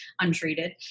untreated